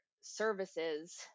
services